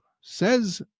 Says